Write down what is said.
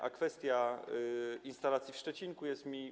A kwestia instalacji w Szczecinku jest mi.